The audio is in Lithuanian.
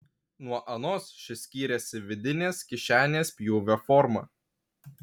nuo anos ši skyrėsi vidinės kišenės pjūvio forma